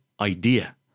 idea